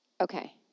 Okay